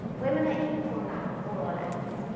women are equal now, more or less.